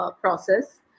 process